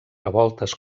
revoltes